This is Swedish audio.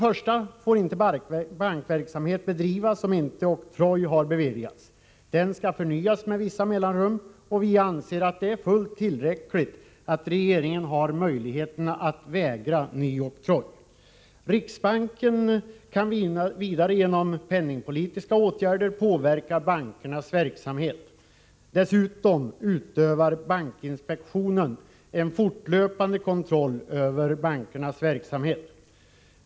Först kan nämnas att bankverksamhet inte får bedrivas, om inte oktroj har beviljats. Denna skall förnyas med vissa mellanrum. Vi anser att det är fullt tillräckligt att regeringen har möjlighet att vägra ny oktroj. Riksbanken kan vidare genom penningpolitiska åtgärder påverka bankernas verksamhet. Dessutom utövar bankinspektionen en fortlöpande kontroll över bankernas verksamhet.